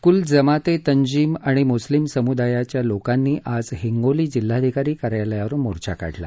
कुल जमाते तंजीम आणि मुस्लीम समुदायाच्या लोकांनीआज हिंगोली जिल्हाधिकारी कार्यालयावर मोर्चा काढला